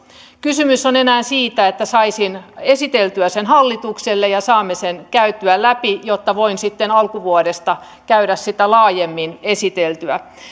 kysymys on enää siitä että saisin esiteltyä sen hallitukselle ja saamme sen käytyä läpi jotta voin sitten alkuvuodesta käydä sitä läpi laajemmin esiteltynä